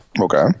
Okay